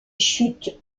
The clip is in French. chute